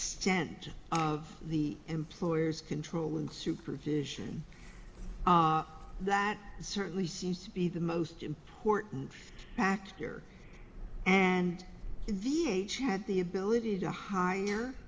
extent of the employer's control and supervision that certainly seems to be the most important factor and the had the ability to hire